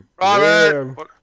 Robert